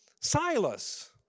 Silas